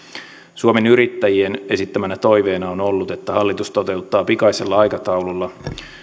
suomen yrittäjien esittämänä toiveena on ollut että hallitus toteuttaa pikaisella aikataululla